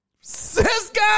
Cisco